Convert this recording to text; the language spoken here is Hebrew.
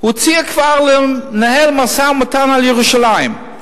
הציע כבר לנהל משא-ומתן על ירושלים.